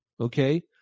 okay